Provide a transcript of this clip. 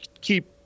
keep